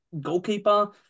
goalkeeper